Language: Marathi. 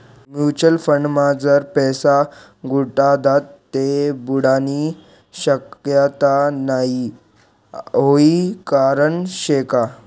म्युच्युअल फंडमा जर पैसा गुताडात ते बुडानी शक्यता नै हाई खरं शेका?